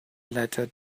letter